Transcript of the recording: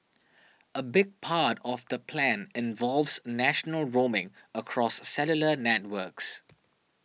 a big part of the plan involves national roaming across cellular networks